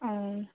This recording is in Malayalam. ആ